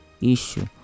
issue